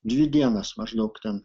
dvi dienas maždaug ten